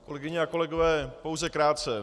Kolegyně a kolegové, pouze krátce.